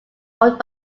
owned